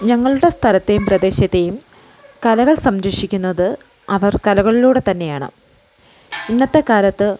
ഞങ്ങളുടെ സ്ഥലത്തെയും പ്രദേശത്തെയും കലകൾ സംരക്ഷിക്കുന്നത് അവർ കലകളിലൂടെ തന്നെയാണ് ഇന്നത്തെ കാലത്ത്